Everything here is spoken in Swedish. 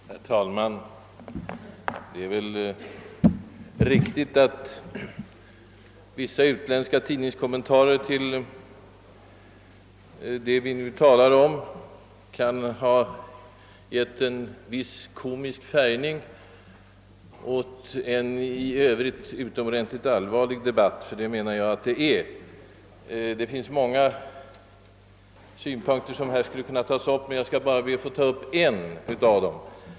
Herr talman! Det är väl riktigt, att vissa utländska tidningskommentarer till det vi nu talar om kan ha givit en viss komisk färgning åt en i övrigt utomordentligt allvarlig debatt — ty det menar jag att den är. Det finns många synpunkter, som här skulle kunna tas upp, men jag skall be att få beröra bara en av dem.